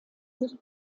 sich